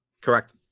correct